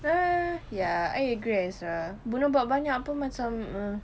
err ya I agree as well belum buat banyak pun macam uh